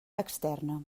externa